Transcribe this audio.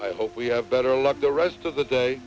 i hope we have better luck the rest of the day